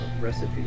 recipe